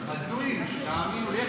הזויים, תאמינו לי.